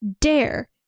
dare